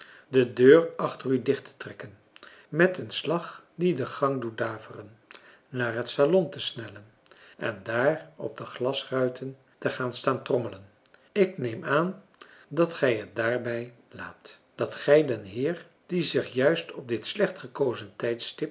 de deur achter u dicht te trekken met een slag die den gang doet daveren naar het salon te snellen en daar op de glasruiten te gaan staan trommelen ik neem aan dat gij het daarbij laat dat gij den heer die zich juist op dit slecht gekozen